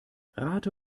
rate